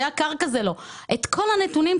את כל הנתונים,